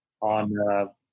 on